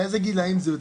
לאיזה גילים זה?